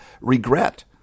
regret